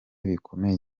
bikomeye